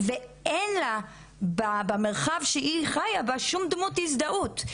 ואין לה במרחב שהיא חיה בו שום דמות הזדהות.